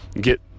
get